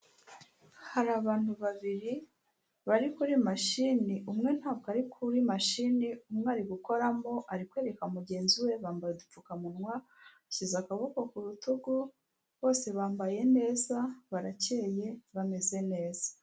Hari abantu babiri bari kuri mashini, umwe ntabwo ari kuri mashini, umwe ari gukoramo arikwereka mugenzi we bambaye udupfukamunwa ashyize akaboko ku rutugu bose bambaye neza baracyeye bameze neza.